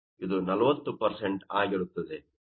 ಇದು 40 ಆಗಿರುತ್ತದೆ